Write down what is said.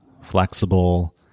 flexible